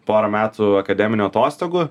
porą metų akademinių atostogų